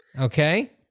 Okay